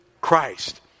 Christ